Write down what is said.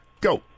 Go